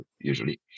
usually